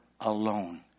alone